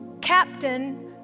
captain